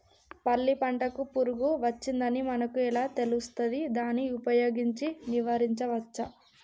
పల్లి పంటకు పురుగు వచ్చిందని మనకు ఎలా తెలుస్తది దాన్ని ఉపయోగించి నివారించవచ్చా?